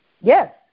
Yes